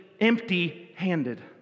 empty-handed